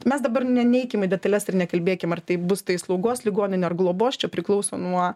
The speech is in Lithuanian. mes dabar neikim į detales ir nekalbėkim ar tai bus tai slaugos ligoninė ar globos čia priklauso nuo